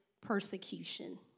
persecution